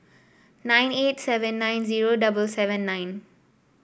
nine eight seventy nine zero double seven nine